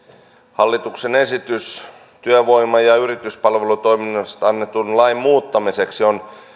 hallituksen esitys työvoima ja yrityspalvelutoiminnasta annetun lain muuttamiseksi on